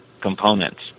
components